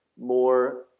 more